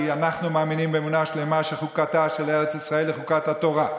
כי אנחנו מאמינים באמונה שלמה שחוקתה של ארץ ישראל היא חוקת התורה,